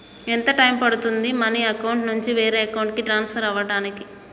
ఎంత టైం పడుతుంది money account నుంచి వేరే అకౌంట్ కి ట్రాన్స్ఫర్ కావటానికి?